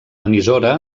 emissora